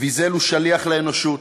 "ויזל הוא שליח לאנושות,